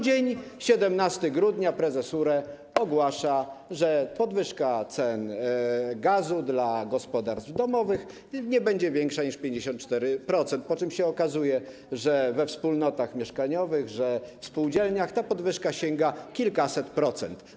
Dzień 17 grudnia, prezes URE ogłasza, że podwyżka cen gazu dla gospodarstw domowych nie będzie wynosiła więcej niż 54%, po czym okazuje się, że we wspólnotach mieszkaniowych, w spółdzielniach ta podwyżka sięga kilkuset procent.